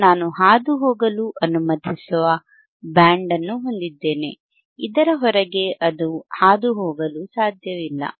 ಮತ್ತು ನಾನು ಹಾದುಹೋಗಲು ಅನುಮತಿಸುವ ಬ್ಯಾಂಡ್ ಅನ್ನು ಹೊಂದಿದ್ದೇನೆ ಇದರ ಹೊರಗೆ ಅದು ಹಾದುಹೋಗಲು ಸಾಧ್ಯವಿಲ್ಲ